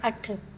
अठ